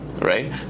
right